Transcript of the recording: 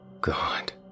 God